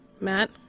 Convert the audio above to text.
Matt